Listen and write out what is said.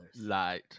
light